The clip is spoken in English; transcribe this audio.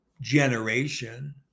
generation